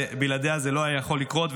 שבלעדיה זה לא היה יכול לקרות,